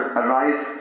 arise